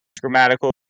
grammatical